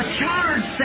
charge